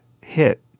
hit